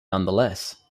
nonetheless